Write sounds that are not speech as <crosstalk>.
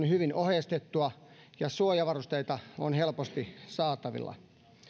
<unintelligible> hyvin ohjeistettua ja suojavarusteita on helposti saatavilla